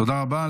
תודה רבה.